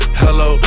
hello